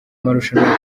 marushanwa